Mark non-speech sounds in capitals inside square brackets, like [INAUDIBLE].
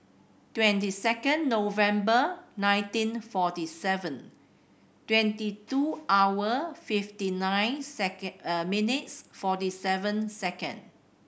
twenty second November nineteen forty seven twenty two hour fifty nine second [HESITATION] minutes forty seven second